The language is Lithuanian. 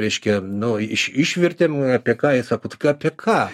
reiškia nu išvertėm apie ką ji sako tai apie ką